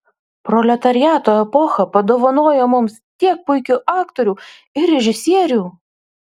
proletariato epocha padovanojo mums tiek puikių aktorių ir režisierių